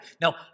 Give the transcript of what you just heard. Now